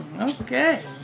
Okay